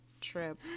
trip